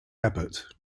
abbot